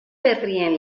berrien